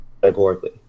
categorically